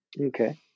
Okay